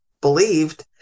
believed